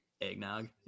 Eggnog